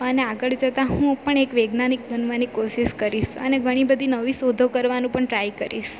અને આગળ જતા હું પણ એક વૈજ્ઞાનિક બનવાની કોશિશ કરીશ અને ઘણી બધી નવી શોધો કરવાનું પણ ટ્રાય કરીશ